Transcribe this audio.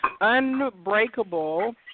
unbreakable